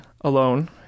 alone